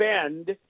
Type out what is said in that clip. spend